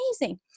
amazing